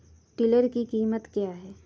Tiller की कीमत क्या है?